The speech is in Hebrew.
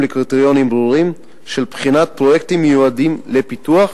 לקריטריונים ברורים של בחינת פרויקטים ייעודיים לפיתוח,